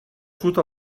sud